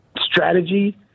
strategy